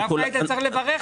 צריך לברך על כך.